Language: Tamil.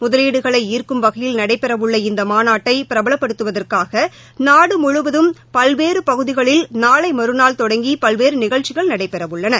முதலீடுகளை ஈர்க்கும் வகையில் நடைபெறவுள்ள இநத மாநாட்டை பிரபலப்படுத்துவதற்காக நாடு முழுவரும் பல்வேறு பகுதிகளில் நாளை மறுநாள் தொடங்கி பல்வேறு நிகழ்ச்சிகள் நடைபெறவுள்ளன